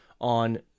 on